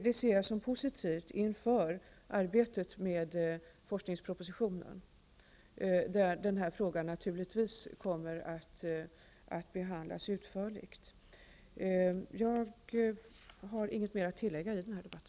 Det ser jag som positivt inför arbetet med forskningspropositionen, där denna fråga naturligtvis kommer att behandlas utförligt. Jag har inget mer att tillägga i den här debatten.